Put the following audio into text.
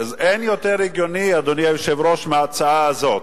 אין יותר הגיוני, אדוני היושב-ראש, מההצעה הזאת.